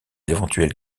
éventuelles